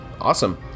awesome